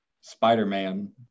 Spider-Man